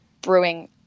brewing